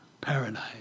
paradise